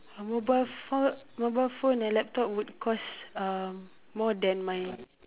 uh mobile ph~ mobile phone and laptop would cost uh more than my